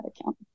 account